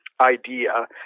idea